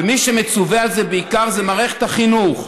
ומי שמצווה על זה בעיקר זו מערכת החינוך,